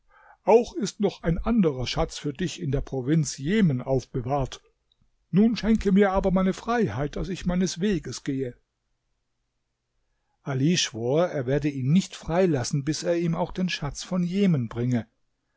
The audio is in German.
auch ist noch ein anderer schatz für dich in der provinz jemen aufbewahrt nun schenke mir aber meine freiheit daß ich meines weges gehe ali schwor er werde ihn nicht frei lassen bis er ihm auch den schatz von jemen bringe